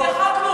זה חוק מורכב,